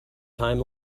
time